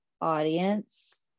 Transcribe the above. audience